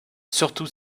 surtout